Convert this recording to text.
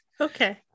Okay